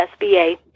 SBA